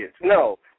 No